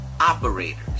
operators